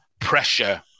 pressure